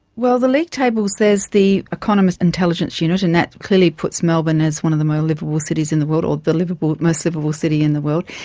well, the league tables, there's the economist intelligence unit and that clearly puts melbourne as one of the more liveable cities in the world or the most liveable city in the world,